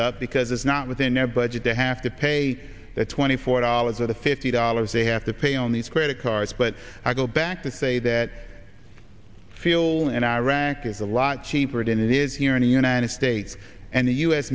up because it's not within their budget to have to pay the twenty four dollars or the fifty dollars a have to pay on these credit cards but i go back to say that fill in iraq is a lot cheaper than it is here in the united states and the u